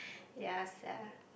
yea sia